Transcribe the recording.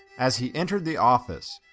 as he entered the office,